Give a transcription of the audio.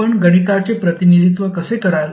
आपण गणिताचे प्रतिनिधित्व कसे कराल